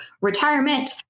retirement